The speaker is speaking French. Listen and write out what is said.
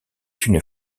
une